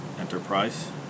enterprise